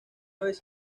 vez